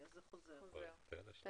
בסדר.